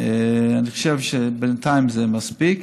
אני חושב שבינתיים זה מספיק.